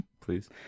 Please